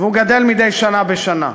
והוא גדל מדי שנה בשנה.